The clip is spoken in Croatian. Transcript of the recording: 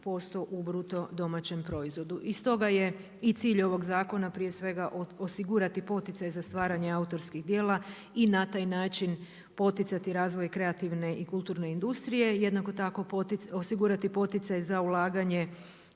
zaposlenosti i 6,8% u BDP-u. I stoga je i cilj ovog zakona prije svega osigurati poticaj za stvaranje autorskih djela i na taj način poticati razvoj kreativne i kulturne industrije, jednako tako osigurati poticaj za ulaganje